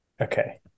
Okay